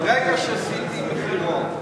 ברגע שעשיתי מחירון,